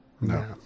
No